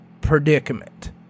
predicament